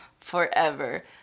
forever